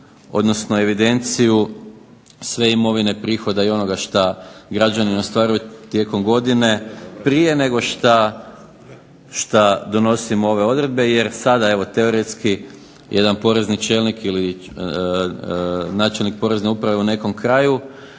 odnosno evidenciju sve imovine prihoda i onoga šta građanin ostvaruje tijekom godine prije nego šta donosimo ove odredbe. Jer sada evo teoretski jedan porezni čelnik ili načelnik Porezne uprave u nekom kraju